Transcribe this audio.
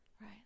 right